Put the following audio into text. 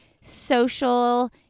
social